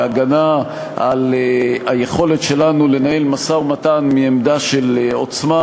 בהגנה על היכולת שלנו לנהל משא-ומתן מעמדה של עוצמה,